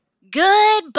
goodbye